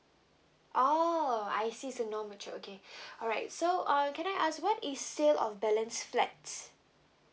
oh I see so no mature okay alright so uh can I ask what is sales of balance flats